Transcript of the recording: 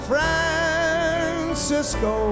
Francisco